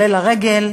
עולה לרגל,